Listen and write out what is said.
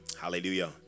hallelujah